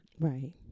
right